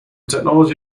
technology